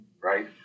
right